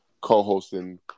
co-hosting